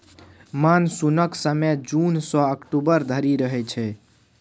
मानसुनक समय जुन सँ अक्टूबर धरि रहय छै